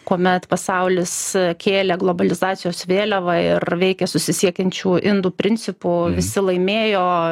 kuomet pasaulis kėlė globalizacijos vėliavą ir veikė susisiekiančių indų principu visi laimėjo